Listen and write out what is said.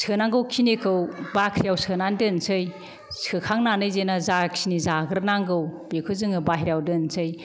सोनांगौ खिनिखौ बाख्रिआव सोनानै दोनसै सोखांनानै जेना जाखिनि जाग्रोनांगौ बेखौ जोङो बाइहेरायाव दोनसै